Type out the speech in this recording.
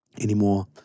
anymore